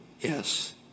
yes